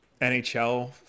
NHL